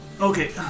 Okay